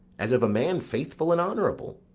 as of a man faithful and honourable.